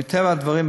מטבע הדברים,